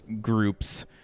group's